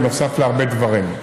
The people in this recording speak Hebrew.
בנוסף להרבה דברים.